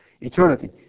eternity